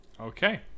okay